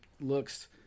looks